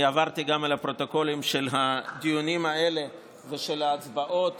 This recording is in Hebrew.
אני עברתי גם על הפרוטוקולים של הדיונים האלה ושל ההצבעות